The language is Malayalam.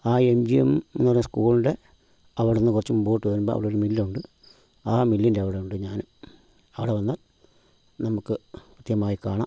ആ എം ജി എം എന്ന് പറയുന്ന സ്കൂളിൻ്റെ അവിടെ നിന്ന് കുറച്ച് മുമ്പോട്ട് വരുമ്പം അവിടൊരു മില്ല് ഉണ്ട് ആ മില്ലിൻ്റ അവിടെ ഉണ്ട് ഞാൻ അവിടെ വന്നാൽ നമുക്ക് കൃത്യമായി കാണാം